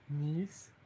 knees